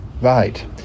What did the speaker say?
Right